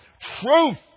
truth